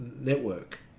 network